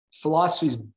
philosophies